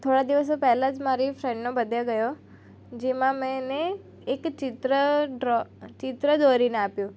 થોડા દિવસો પહેલાં જ મારી ફ્રેન્ડનો બડ્ડે ગયો જેમાં મેં એને એક ચિત્ર ડ્રો ચિત્ર દોરીને આપ્યું